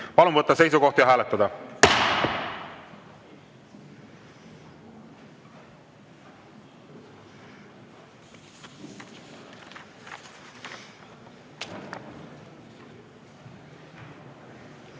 Palun võtta seisukoht ja hääletada!